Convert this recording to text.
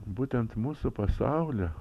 būtent mūsų pasaulį